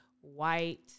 white